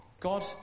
God